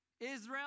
Israel